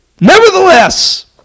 Nevertheless